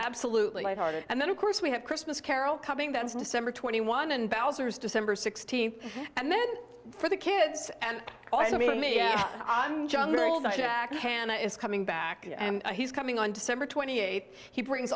absolutely light hearted and then of course we have christmas carol coming that is december twenty one and balancers december sixteenth and then for the kids and me and hannah is coming back and he's coming on december twenty eighth he brings